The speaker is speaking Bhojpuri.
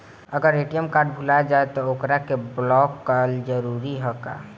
अगर ए.टी.एम कार्ड भूला जाए त का ओकरा के बलौक कैल जरूरी है का?